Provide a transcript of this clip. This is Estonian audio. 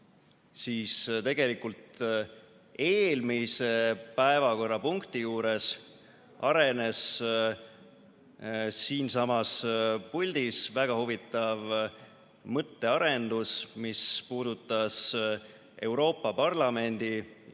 siis tegelikult eelmise päevakorrapunkti juures arenes siinsamas puldis väga huvitav mõttearendus, mis puudutas Euroopa Parlamendi